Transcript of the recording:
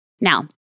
Now